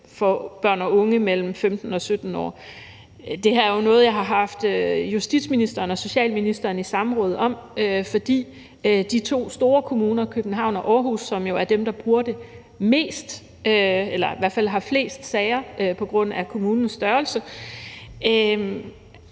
for børn og unge mellem 15 og 17 år. Det her er jo noget, jeg har haft justitsministeren og socialministeren i samråd om, fordi de to store kommuner København og Aarhus, som jo er dem, der bruger det mest eller i hvert fald har flest sager på grund af kommunernes størrelse,